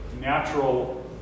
natural